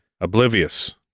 oblivious